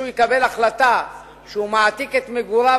כדי שמישהו יקבל החלטה שהוא מעתיק את מגוריו